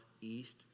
east